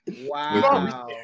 Wow